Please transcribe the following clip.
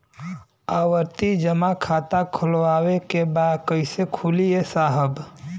आवर्ती जमा खाता खोलवावे के बा कईसे खुली ए साहब?